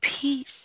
peace